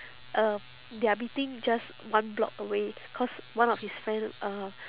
um their meeting just one block away cause one of his friend uh